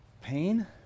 Pain